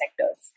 sectors